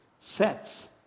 sets